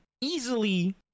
easily